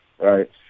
right